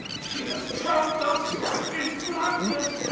she has trapped us in flatness.